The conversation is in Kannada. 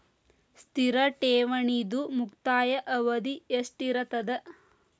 ಸ್ಥಿರ ಠೇವಣಿದು ಮುಕ್ತಾಯ ಅವಧಿ ಎಷ್ಟಿರತದ?